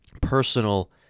personal